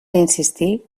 insistir